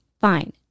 fine